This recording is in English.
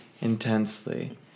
intensely